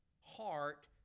heart